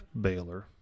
Baylor